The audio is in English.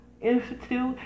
institute